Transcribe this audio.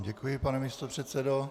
Děkuji, pane místopředsedo.